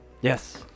Yes